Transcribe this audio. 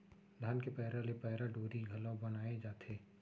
धान के पैरा ले पैरा डोरी घलौ बनाए जाथे